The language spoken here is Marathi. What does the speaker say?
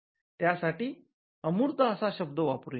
त्यासाठी अमूर्त हा शब्द वापरू या